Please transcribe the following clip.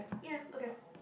ya okay